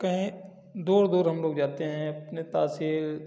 कहीं दूर दूर हम लोग जाते हैं अपने तहसील